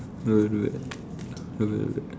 not bad not bad